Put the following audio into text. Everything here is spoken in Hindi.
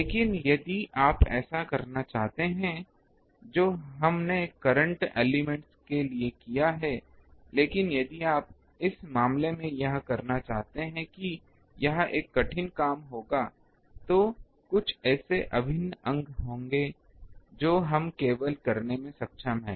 लेकिन यदि आप ऐसा करना चाहते हैं जो हमने करंट एलिमेंट के लिए किया है लेकिन यदि आप इस मामले में यह करना चाहते हैं कि यह एक कठिन काम होगा तो कुछ ऐसे अभिन्न अंग होंगे जो हम केवल करने में सक्षम हैं